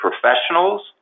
professionals